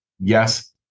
yes